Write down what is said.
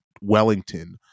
Wellington